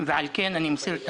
ועל כן אני מסיר את